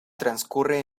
transcurre